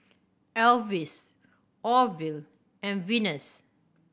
Elvis Orvil and Venus